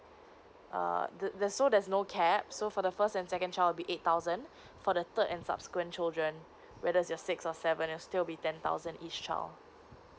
err that's that's so there's no cap so for the first and second child would be eight thousand for the third and subsequent children whether it's your six or seven it still be ten thousand each child